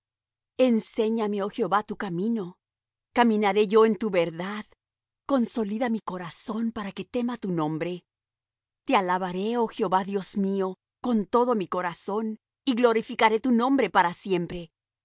enséñame oh jehová tu camino caminaré yo en tu verdad consolida mi corazón para que tema tu nombre te alabaré oh jehová dios mío con todo mi corazón y glorificaré tu nombre para siempre